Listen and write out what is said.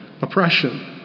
Oppression